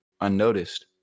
unnoticed